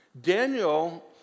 Daniel